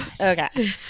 okay